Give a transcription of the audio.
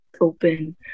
open